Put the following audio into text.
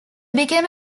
became